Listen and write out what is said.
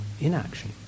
inaction